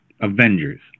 Avengers